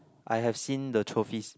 I have seen the trophies